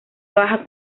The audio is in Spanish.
baja